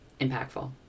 impactful